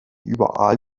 überall